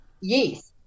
Yes